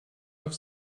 auf